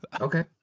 Okay